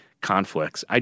conflicts